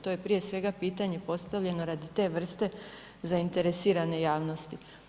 To je prije svega pitanje postavljeno radi te vrste zainteresirane javnosti.